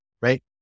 right